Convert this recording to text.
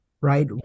right